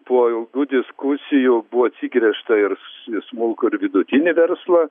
po ilgų diskusijų buvo atsigręžta ir į smulkų ir vidutinį verslą